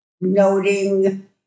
noting